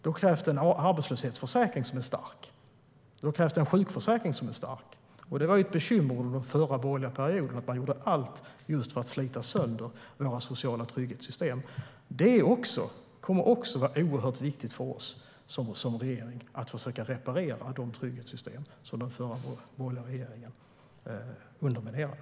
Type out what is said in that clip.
Då krävs det en arbetslöshetsförsäkring som är stark. Då krävs det en sjukförsäkring som är stark. Det var ett bekymmer under den förra borgerliga perioden att man gjorde allt för att slita sönder våra trygghetssystem. Det kommer att vara oerhört viktigt för oss som regering att också försöka reparera de trygghetssystem som den förra, borgerliga, regeringen underminerade.